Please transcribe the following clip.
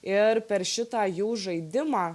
ir per šitą jų žaidimą